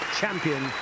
champion